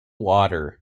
water